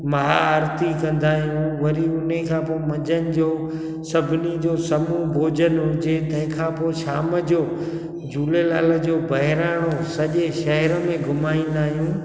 महाआरिती कंदा आहियूं वरी हुन खां पोइ मंझंदि जो समूह भोॼनु हुजे तंहिं खां पोइ शाम जो झूलेलाल जो बहिराणो सॼे शहर में घुमाईंदा आहियूं